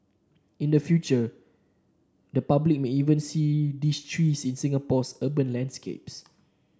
in the future the public may even see these trees in Singapore's urban landscape